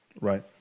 right